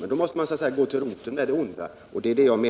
Men då måste man gå till roten av det onda. Det borde, enligt min